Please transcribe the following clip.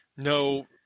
No